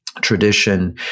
tradition